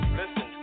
listen